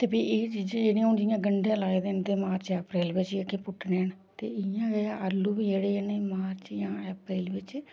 ते फ्ही एह् चीज़ां जेह्ड़ा हून जियां गन्डे लाए दे न ते मार्च अप्रैल बिच्च जेह्के पुट्टने न ते इ'यां गै आलू बी जेह्ड़े न मार्च जां अप्रैल बिच्च